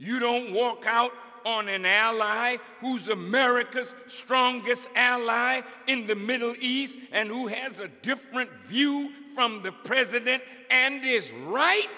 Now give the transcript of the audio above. you don't walk out on an ally who's america's strongest ally in the middle east and who has a different view from the president and is right